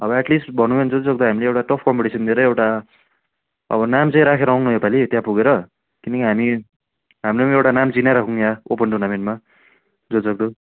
नभए at least भनौँ भने जति सक्दो हामीले एउटा टप कम्पिटिसन दिएर एउटा अब नाम चाहिँ राखेर आऊँ न यसपालि त्यहाँ पुगेर किनकि हामी हाम्रो एउटा नाम चिनाइराखौँ यहाँ ओपन टुर्नामेन्टमा जति सक्दो